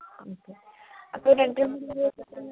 okay അപ്പോൾ രണ്ടിനും കൂടി ഒരു ദിവസം എത്ര